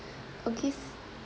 okay